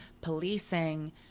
policing